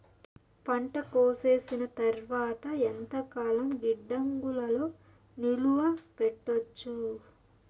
పంట కోసేసిన తర్వాత ఎంతకాలం గిడ్డంగులలో నిలువ పెట్టొచ్చు?